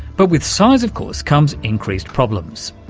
but with size, of course, comes increased problems.